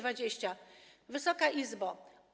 Wysoka Izbo!